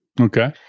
Okay